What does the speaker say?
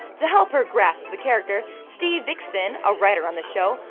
to help her grasp the character, steve viksten, a writer on the show,